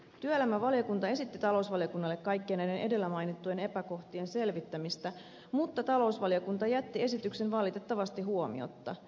työelämävaliokunta esitti talousvaliokunnalle kaikkien näiden edellä mainittujen epäkohtien selvittämistä mutta talousvaliokunta jätti esityksen valitettavasti huomiotta